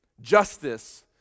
Justice